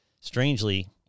Strangely